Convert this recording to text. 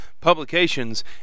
publications